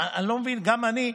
גם אני,